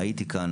הייתי כאן